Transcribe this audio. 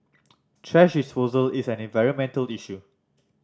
thrash disposal is an environmental issue